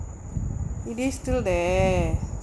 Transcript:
it is still there